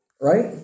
Right